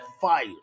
fire